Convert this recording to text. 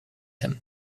him